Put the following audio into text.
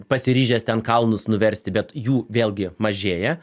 pasiryžęs ten kalnus nuversti bet jų vėlgi mažėja